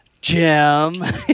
Jim